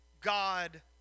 God